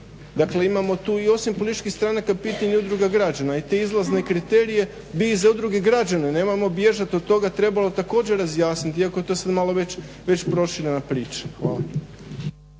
Dakle, imamo tu i osim političkih stranaka pitanje udruga građana i te izlazne kriterije bi i za udruge građana, nemojmo bježati od toga, trebalo također razjasniti. Iako je to sad malo već proširena priča.